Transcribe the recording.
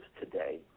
today